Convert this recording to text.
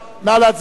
הוראת שעה),